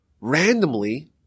randomly